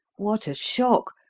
what a shock,